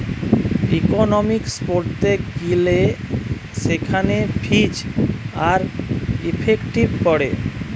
economics পড়তে গিলে সেখানে ফিজ আর ইফেক্টিভ পড়ে